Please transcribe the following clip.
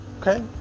okay